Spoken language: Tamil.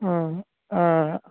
ம் ஆ